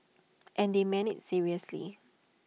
and they meant IT seriously